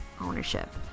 ownership